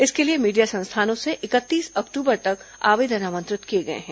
इसके लिए मीडिया संस्थानों से इकतीस अक्टूबर तक आवेदन आमंत्रित किए गए हैं